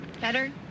Better